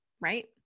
right